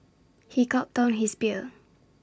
he gulped down his beer